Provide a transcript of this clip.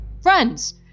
Friends